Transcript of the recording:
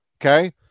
okay